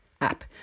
app